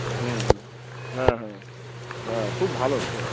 হুম হুম হ্যাঁ হ্যাঁ হ্যাঁ খুব ভালো সোল